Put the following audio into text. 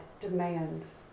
demands